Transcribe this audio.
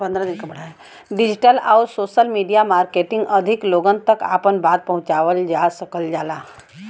digital आउर social media marketing अधिक लोगन तक आपन बात पहुंचावल जा सकल जाला